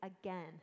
again